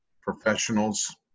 professionals